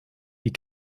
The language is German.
die